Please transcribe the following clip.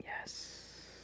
yes